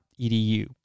edu